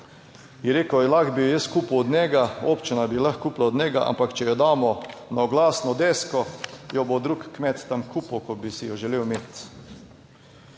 je rekel, lahko bi jo jaz kupil od njega, občina bi lahko kupila od njega, ampak če jo damo na oglasno desko, jo bo drug kmet tam kupil, kot bi si jo želel imeti.